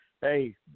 Hey